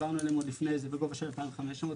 דיברנו לפני כן בגובה של 2,500 שקלים,